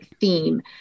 theme